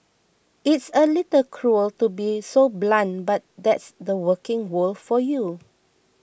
it's a little cruel to be so blunt but that's the working world for you